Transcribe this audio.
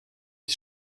die